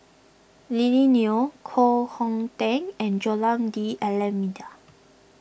Lily Neo Koh Hong Teng and Joaquim D'Almeida